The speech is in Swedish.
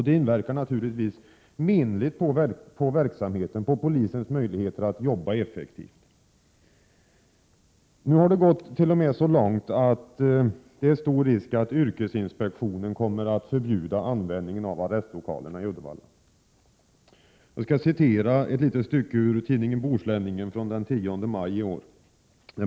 Det inverkar naturligtvis menligt på verksamheten, på polisens möjligheter att jobba effektivt. Nu har det t.o.m. gått så långt att yrkesinspektionen kommer att förbjuda användningen av arrestlokalerna i Uddevalla. Jag skall citera ett litet stycke ur tidningen Bohusläningen från den 10 maj i år.